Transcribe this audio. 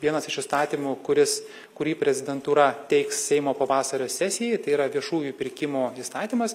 vienas iš įstatymų kuris kuri prezidentūra teiks seimo pavasario sesijai tai yra viešųjų pirkimų įstatymas